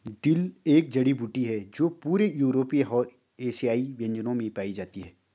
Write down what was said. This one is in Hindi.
डिल एक जड़ी बूटी है जो पूरे यूरोपीय और एशियाई व्यंजनों में पाई जाती है